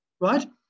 right